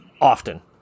often